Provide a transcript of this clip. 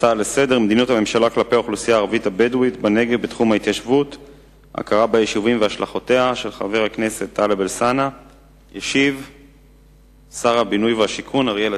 הצעה לסדר-היום מס' 1133 של חבר הכנסת יעקב כץ: הגדר בגבול ישראל מצרים.